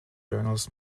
journals